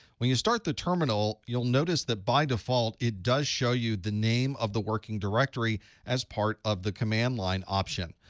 when you start the terminal, you'll notice that by default it does show you the name of the working directory as part of the command line option.